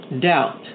doubt